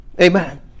Amen